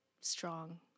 strong